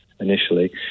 initially